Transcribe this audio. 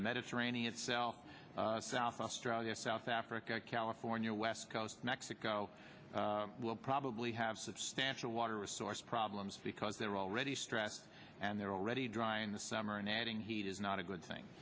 the mediterranean cell south australia south africa california west coast mexico will probably have substantial water resource problems because they're already stressed and they're already dry in the summer and adding heat is not a good thing